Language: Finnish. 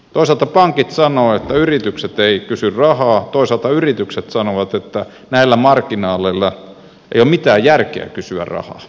toisaalta pankit sanovat että yritykset eivät kysy rahaa toisaalta yritykset sanovat että näillä marginaaleilla ei ole mitään järkeä kysyä rahaa